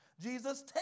Jesus